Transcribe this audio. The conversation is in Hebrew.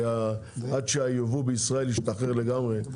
כי עד שהייבוא בישראל ישתחרר לגמרי,